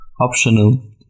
Optional